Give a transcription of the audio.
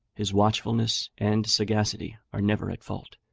his watchfulness and sagacity are never at fault,